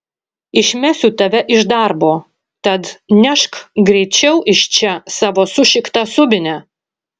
išmesiu tave iš darbo tad nešk greičiau iš čia savo sušiktą subinę